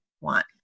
want